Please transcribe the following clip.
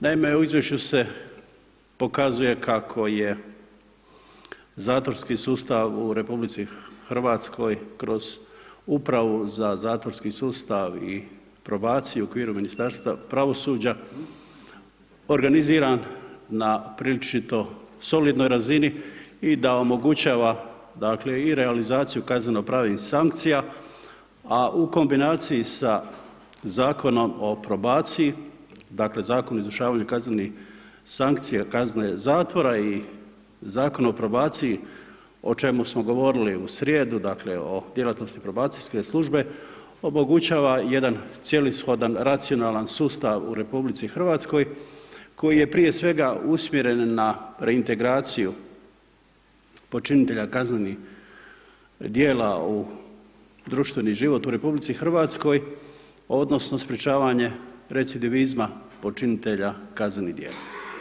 Naime, u izvješću se pokazuje kako je zatvorski sustav u RH kroz Upravu za zatvorski sustav i probaciju u okviru Ministarstva pravosuđa organiziran na prilično solidnoj razini i da omogućava dakle i realizaciju kazneno-pravnih sankcija a u kombinaciji sa Zakonom o probaciji, dakle Zakonu o izvršavanju kaznenih sankcija, kazne zatvora i Zakona o probaciji o čemu smo govorili u srijedu, dakle o djelatnosti probacijske službe, omogućava jedan cijelishodan, racionalan sustav u RH koji je prije svega usmjerena na reintegraciju počinitelja kaznenih djela u društveni život u RH odnosno sprječavanje recidivizma počinitelja kaznenih djela.